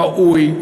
ראוי,